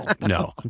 no